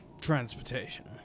transportation